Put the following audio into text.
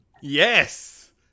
Yes